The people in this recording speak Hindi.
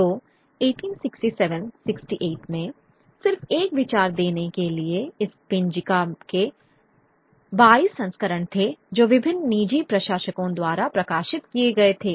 तो 1867 68 में सिर्फ एक विचार देने के लिए इस पेंजिका के 22 संस्करण थे जो विभिन्न निजी प्रकाशकों द्वारा प्रकाशित किए गए थे